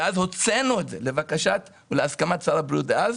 אז הוצאנו את זה, לבקשת או להסכמת שר הבריאות דאז.